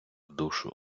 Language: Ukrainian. душу